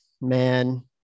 man